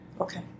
Okay